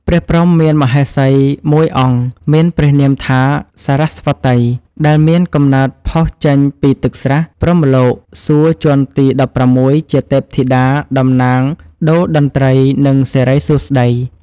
ព្រះព្រហ្ម មានមហាសី១អង្គ មានព្រះនាមថា “សរស្វតី” ដែលមានកំណើតផុសចេញពីទឹកស្រះ ព្រហ្មលោក សួគ៌ជាន់ទី១៦ ជាទេពធិតា តំណាងដូរ្យតន្ត្រី និងសិរីសួស្តី ។